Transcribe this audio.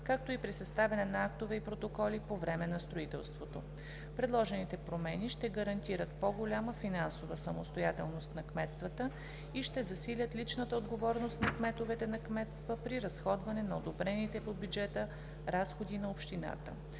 както и при съставяне на актове и протоколи по време на строителството. Предложените промени ще гарантират по-голяма финансова самостоятелност на кметствата и ще засилят личната отговорност на кметовете на кметства при разходване на одобрените по бюджета разходи на общината.